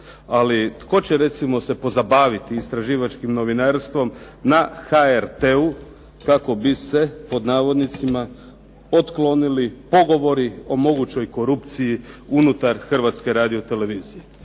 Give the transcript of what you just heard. Ali tko će recimo se pozabaviti istraživačkim novinarstvom na HRT-u kako bi se "otklonili" pogovori o mogućoj korupciji unutar Hrvatske radio-televizije.